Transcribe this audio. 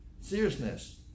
seriousness